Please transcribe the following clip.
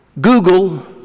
Google